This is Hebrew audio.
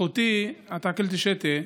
אחותי אטקלט אשטיה,